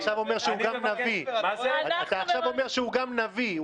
אתה עכשיו אומר שהוא גם נביא.